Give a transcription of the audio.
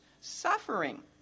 suffering